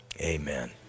amen